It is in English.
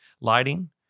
Lighting